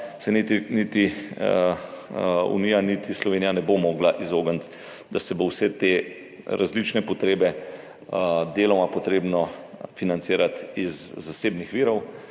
se niti Unija niti Slovenija temu ne bosta mogli izogniti, da bo vse te različne potrebe deloma treba financirati iz zasebnih virov,